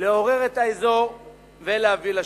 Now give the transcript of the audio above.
לעורר את האזור ולהביא לשינוי.